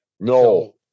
No